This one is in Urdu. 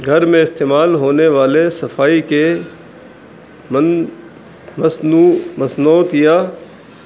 گھر میں استعمال ہونے والے صفائی کے من مصنوع مصنوعیا